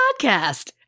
podcast